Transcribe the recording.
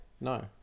No